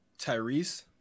Tyrese